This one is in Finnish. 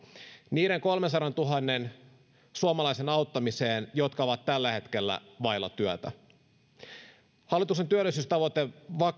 niiden kolmensadantuhannen suomalaisen auttamiseen jotka ovat tällä hetkellä vailla työtä hallituksen työllisyystavoite